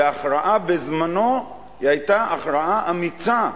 וההכרעה בזמנו היתה הכרעה אמיצה.